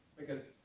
because